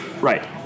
Right